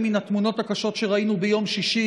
מן התמונות הקשות שראינו ביום שישי,